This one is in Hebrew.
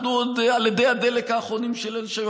אנחנו עוד על אדי הדלק האחרונים של אלה שהיו.